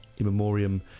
Immemorium